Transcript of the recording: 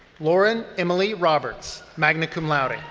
lauren emily roberts, magna cum laude.